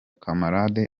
camarade